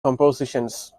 compositions